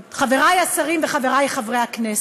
חברי השרים וחברי חברי הכנסת,